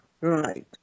Right